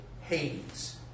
Hades